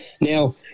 Now